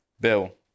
bill